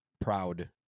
proud